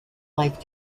life